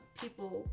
people